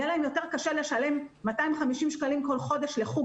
יהיה להם קשה יותר לשלם 250 שקלים בכל חודש לחוג